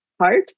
heart